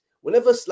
whenever